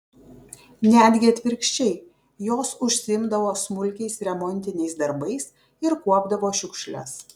netgi atvirkščiai jos užsiimdavo smulkiais remontiniais darbais ir kuopdavo šiukšles